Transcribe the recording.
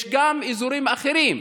יש גם אזורים אחרים,